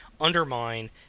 Undermine